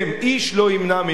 איש לא ימנע ממנו.